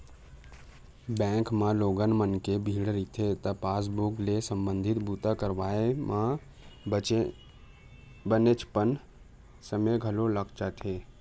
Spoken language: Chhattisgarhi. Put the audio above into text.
बेंक म लोगन मन के भीड़ रहिथे त पासबूक ले संबंधित बूता करवाए म बनेचपन समे घलो लाग जाथे